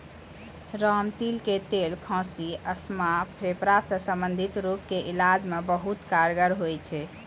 रामतिल के तेल खांसी, अस्थमा, फेफड़ा सॅ संबंधित रोग के इलाज मॅ बहुत कारगर होय छै